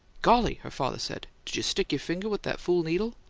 golly! her father said. did you stick your finger with that fool needle?